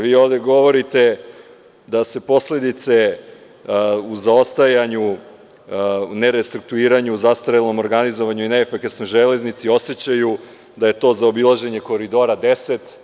Vi ovde govorite da se posledice u zaostajanju, ne restrukturiranju, zastarelom organizovanju i neefikasnoj železnici, osećaju da je to zaobilaženje Koridora 10.